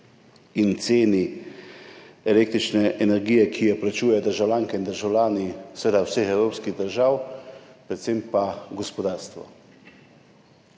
in ceni električne energije, ki jo plačujejo državljanke in državljani vseh evropskih držav, predvsem pa gospodarstvo.